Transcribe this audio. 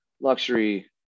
luxury